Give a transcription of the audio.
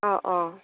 অঁ অঁ